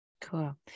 cool